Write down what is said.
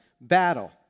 battle